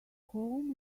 home